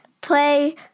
play